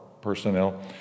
personnel